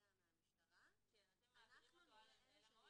מהמשטרה אנחנו נפנה למעון --- למרות